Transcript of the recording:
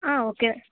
okay